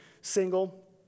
single